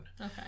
Okay